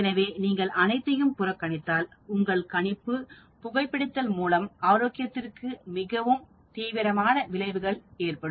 எனவே நீங்கள் அனைத்தையும் புறக்கணித்தால்உங்கள் கணிப்பு புகைப்பிடித்தல் மூலம் ஆரோக்கியத்திற்கு மிகவும் தீவிரமான விளைவுகள் ஏற்படும்